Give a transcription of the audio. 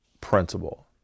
principle